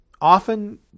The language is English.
often